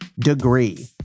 DEGREE